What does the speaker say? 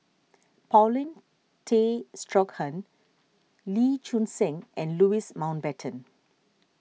Paulin Tay Straughan Lee Choon Seng and Louis Mountbatten